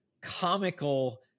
comical